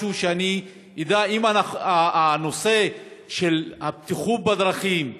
משהו, שאני אדע אם הנושא של הבטיחות בדרכים,